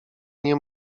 nie